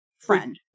friend